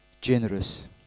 generous